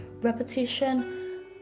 Repetition